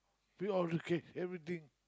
we all okay everything